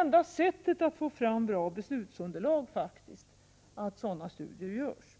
Enda sättet att få Kram bra beslutsunderlag är faktiskt att sådana studier görs.